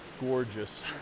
gorgeous